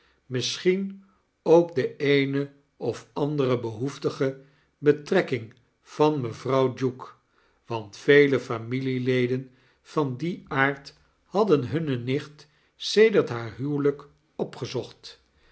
misschien ook de eene of andere behoeftige betrekking van mevrouw duke want veje familieleden van dien aard hadden hunne nicht sedert haar huwelp opgezocht